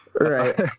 right